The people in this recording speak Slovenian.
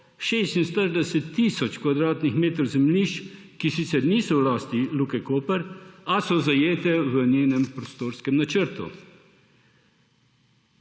46 tisoč kvadratnih metrov zemljišč, ki sicer niso v lasti Luke Koper, a so zajeta v njenem prostorskem načrtu?